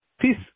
peace